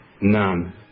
none